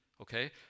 Okay